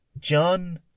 John